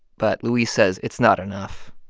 but luis says it's not enough.